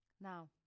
Now